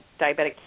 diabetic